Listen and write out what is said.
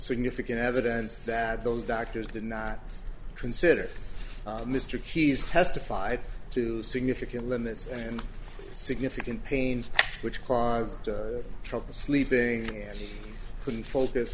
significant evidence that those doctors did not consider mr keys testified to significant limits and significant pains which caused trouble sleeping couldn't focus